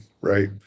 right